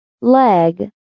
Leg